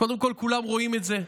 קודם כול כולם רואים את זה,